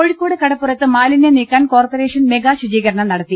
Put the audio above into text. കോഴിക്കോട് കടപ്പുറത്ത് മാലിന്യം നീക്കാൻ കോർപ്പറേ ഷൻ മെഗാ ശുചീകരണം നടത്തി